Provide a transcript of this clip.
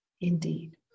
Indeed